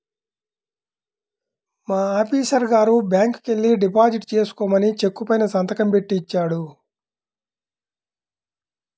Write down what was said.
మా ఆఫీసరు గారు బ్యాంకుకెల్లి డిపాజిట్ చేసుకోమని చెక్కు పైన సంతకం బెట్టి ఇచ్చాడు